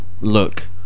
look